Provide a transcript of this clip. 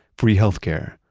free healthcare,